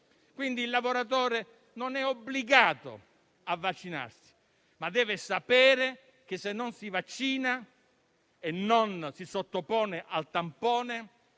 quindi, non è obbligato a vaccinarsi, ma deve sapere che se non si vaccina e non si sottopone al tampone,